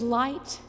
light